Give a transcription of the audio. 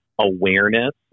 awareness